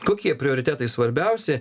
kokie prioritetai svarbiausi